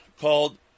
called